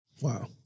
Wow